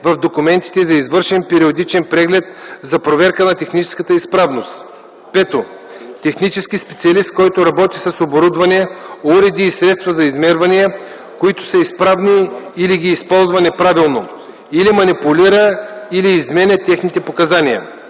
в документите за извършен периодичен преглед за проверка на техническата изправност; 5. технически специалист, който работи с оборудване, уреди и средства за измервания, които са неизправни или ги използва неправилно, или манипулира или изменя техните показания;